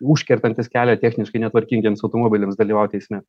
užkertantis kelią techniškai netvarkingiems automobiliams dalyvaut eisme